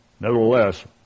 Nevertheless